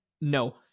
no